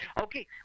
Okay